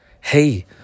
Hey